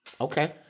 Okay